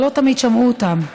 אבל לא תמיד שמעו אותם.